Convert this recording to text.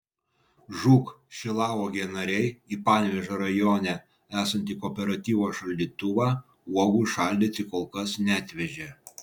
žūk šilauogė nariai į panevėžio rajone esantį kooperatyvo šaldytuvą uogų šaldyti kol kas neatvežė